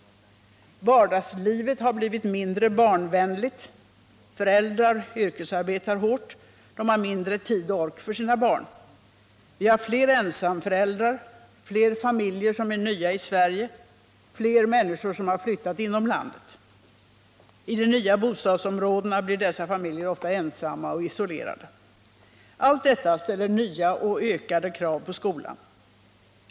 Vardagslivet har blivit mindre barnvänligt. Föräldrar yrkesarbetar hårt. De har mindre tid och ork för sina barn. Vi har fler ensamföräldrar, fler familjer som är nya i Sverige, fler människor som har flyttat inom landet. I de nya bostadsområdena blir dessa familjer ofta ensamma och isolerade. Allt detta ställer nya och ökade krav på skolan.